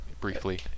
briefly